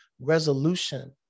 resolution